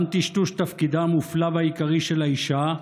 גם טשטוש תפקידה המופלא והעיקרי של האישה,